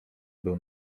był